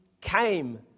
came